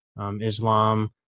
Islam